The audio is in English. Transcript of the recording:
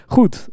Goed